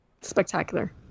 spectacular